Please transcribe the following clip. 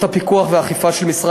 בסופו של יום,